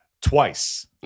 twice